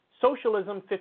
socialism